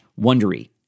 Wondery